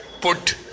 put